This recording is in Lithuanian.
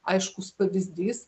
aiškus pavyzdys